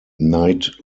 night